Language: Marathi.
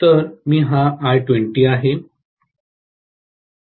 तर हा माझा I20 आहे